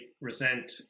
resent